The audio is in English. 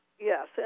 yes